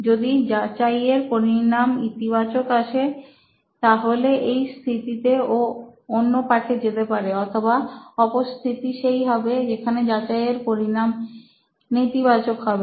যদি যাচাইয়ের পরিণাম ইতিবাচক আসে তাহলে এই স্থিতিতে ও অন্য পাঠে যেতে পারে অথবা অপর স্থিতি সেই হবে যেখানে যাচাইয়ের পরিণাম নেতিবাচক হবে